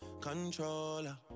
controller